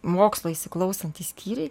mokslo įsiklausantys skyriai